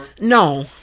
No